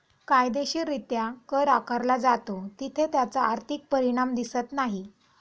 कायदेशीररित्या कर आकारला जातो तिथे त्याचा आर्थिक परिणाम दिसत नाही